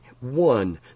one